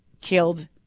killed